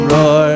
Roar